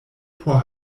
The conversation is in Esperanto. por